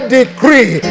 decree